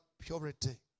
purity